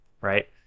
right